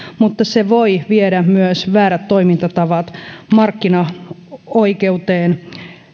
mutta voi myös viedä väärät toimintatavat markkinaoikeuteen